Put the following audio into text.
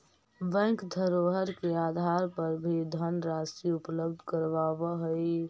bank धरोहर के आधार पर भी धनराशि उपलब्ध करावऽ हइ